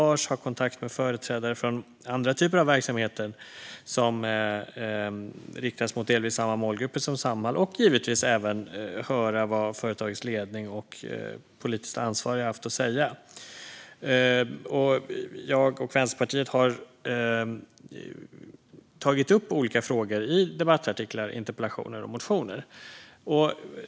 Jag har haft kontakt med företrädare för andra typer av verksamheter som riktas mot delvis samma målgrupper som Samhall och givetvis även hört vad företagets ledning och politiskt ansvariga haft att säga. Jag och Vänsterpartiet har tagit upp olika frågor i debattartiklar, interpellationer och motioner.